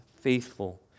faithful